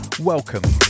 Welcome